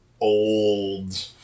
old